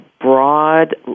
broad